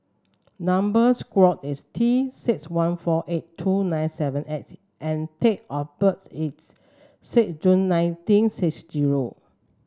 number square is T six one four eight two nine seven S and date of birth is six June nineteen six zero